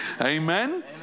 Amen